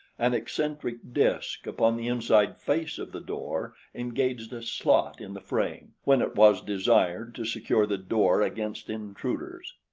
an eccentric disk upon the inside face of the door engaged a slot in the frame when it was desired to secure the door against intruders.